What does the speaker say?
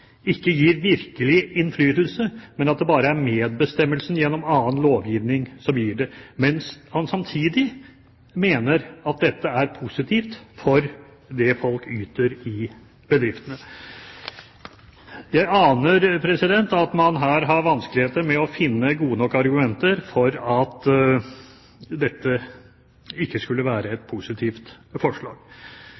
ikke gir virkelig innflytelse, at det bare er medbestemmelsen gjennom annen lovgivning som gir det, mens man samtidig mener at dette er positivt for det folk yter i bedriftene. Jeg aner at man her har vanskeligheter med å finne gode nok argumenter for at dette ikke skulle være et